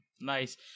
Nice